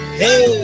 hey